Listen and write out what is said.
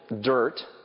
dirt